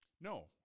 No